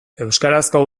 euskarazko